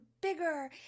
bigger